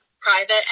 private